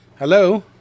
Hello